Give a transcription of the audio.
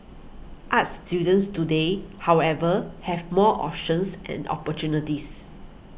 arts students today however have more options and opportunities